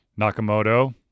Nakamoto